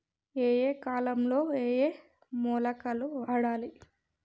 ఏయే కాలంలో ఏయే మొలకలు వాడాలి?